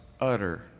utter